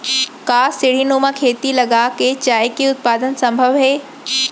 का सीढ़ीनुमा खेती लगा के चाय के उत्पादन सम्भव हे?